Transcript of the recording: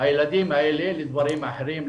הילדים האלה לדברים אחרים,